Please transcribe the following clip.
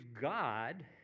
God